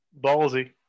Ballsy